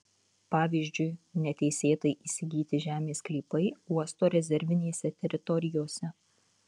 pavyzdžiui neteisėtai įsigyti žemės sklypai uosto rezervinėse teritorijose